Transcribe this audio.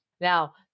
Now